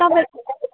तपाईँ